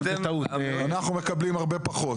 אנחנו מקבלים הרבה פחות.